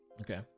okay